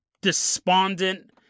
despondent